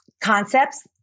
concepts